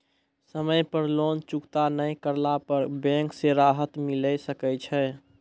समय पर लोन चुकता नैय करला पर बैंक से राहत मिले सकय छै?